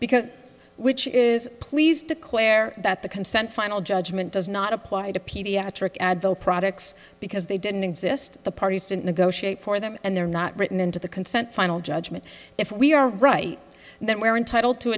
because which is please declare that the consent final judgment does not apply to pediatric advil products because they didn't exist the parties didn't negotiate for them and they're not written into the consent final judgment if we are right then we're entitled to